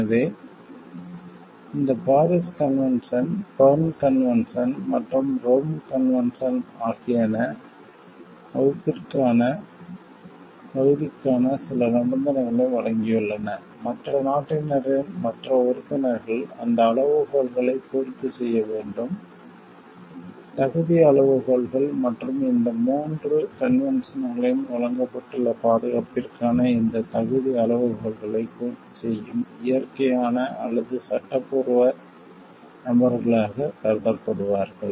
எனவே இந்த Paris convention Berne convention மற்றும் ரோம் கன்வென்ஷன் ஆகியவை பாதுகாப்பிற்கான தகுதிக்கான சில நிபந்தனைகளை வழங்கியுள்ளன மற்ற நாட்டினரின் மற்ற உறுப்பினர்கள் அந்த அளவுகோல்களை பூர்த்தி செய்ய வேண்டும் தகுதி அளவுகோல்கள் மற்றும் இந்த 3 கன்வென்ஷன்களில் வழங்கப்பட்டுள்ள பாதுகாப்பிற்கான இந்த தகுதி அளவுகோல்களை பூர்த்தி செய்யும் இயற்கையான அல்லது சட்டப்பூர்வ நபர்களாக கருதப்படுவார்கள்